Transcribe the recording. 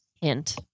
hint